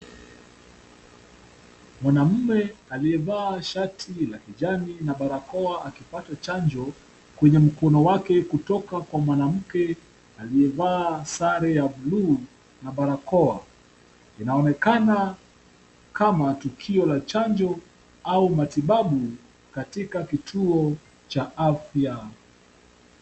Mwanamme aliyevaa shati la kijani na barakoa, akipata chanjo kwenye mkono wake, kutoka kwa mwanamke aliyevaa sare ya buluu na barakoa. Inaonekana kama tukio la chanjo au matibabu, Katika kituo cha afya.